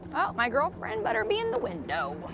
oh, my girlfriend better be in the window.